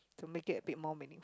to make it a bit more meaning